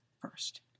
first